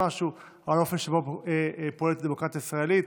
משהו על האופן שבו פועלת הדמוקרטיה הישראלית.